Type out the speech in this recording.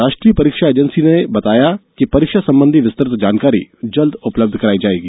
राष्ट्रीय परीक्षा एजेंसी ने आज बताया कि परीक्षा संबंधी विस्तृत जानकारी शीघ्र उपलब्ध होगी